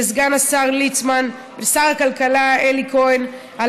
לסגן השר ליצמן ולשר הכלכלה אלי כהן על